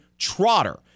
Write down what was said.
Trotter